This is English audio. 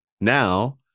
Now